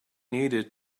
needed